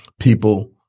People